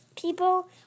people